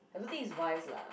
I don't think is wise lah